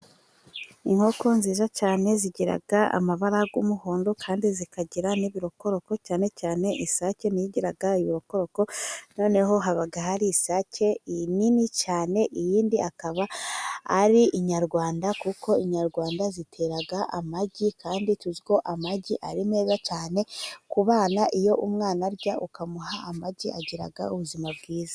Inkoko nziza cyane, zigira amabara y'umuhondo, kandi zikagira n'ibirokoroko cyane cyane isake ntiyo igira ibirokoroko, noneho haba hari isake nini cyane, indi ikaba ari inyarwanda (Inkoko kazi) kuko inyarwanda ziteraga amagi, kandi tuzi ko amagi ari meza cyane ku bana. Iyo umwana arya ukamuha amagi, agira ubuzima bwiza.